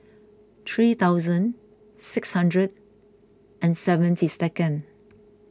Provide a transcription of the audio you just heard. three thousand six hundred and seventy second